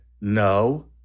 No